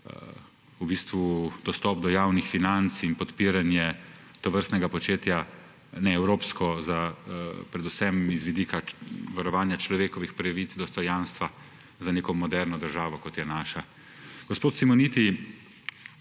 v bistvu dostop do javnih financ in podpiranje tovrstnega početja neevropsko, predvsem z vidika varovanja človekovih pravic, dostojanstva, za neko moderno državo, kot je naša. Gospod Simoniti,